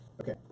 Okay